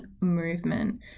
movement